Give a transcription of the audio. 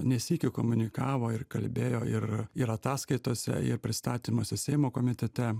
ne sykį komunikavo ir kalbėjo ir ir ataskaitose ir pristatymuose seimo komitete